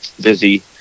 Busy